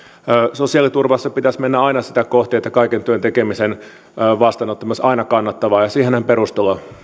sosiaaliturvassa pitäisi mennä aina sitä kohti että kaiken työn tekeminen ja vastaanottaminen olisi aina kannattavaa ja siihenhän perustulo